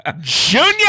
Junior